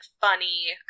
funny